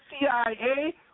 CIA